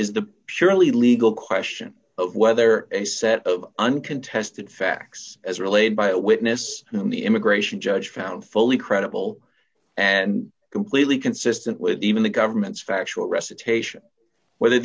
is the purely legal question of whether a set of uncontested facts as relayed by a witness in the immigration judge found fully credible and completely consistent with even the government's factual recitation whether